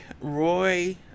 Roy